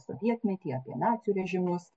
sovietmetį apie nacių režimus